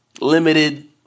limited